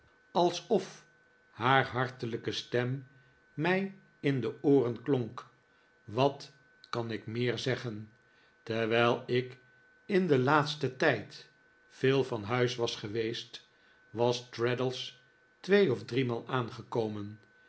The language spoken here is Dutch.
alsof haar hartelijke stem mij in de ooren klonk wat kan ik meer zeggen terwijl ik in den laatsten tijd veel van huis was geweest was traddles twee of driemaal aangekomen